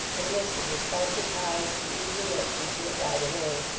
and listen with sparkling eyes and eager looks, until it died away.